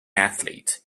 athlete